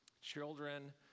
Children